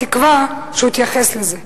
בתקווה שהוא יתייחס לזה.